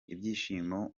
ibyishimo